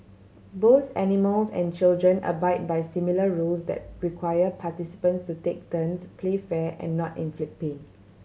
both animals and children abide by similar rules that require participants to take turns play fair and not inflict pain